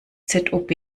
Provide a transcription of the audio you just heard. zob